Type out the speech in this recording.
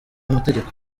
amategeko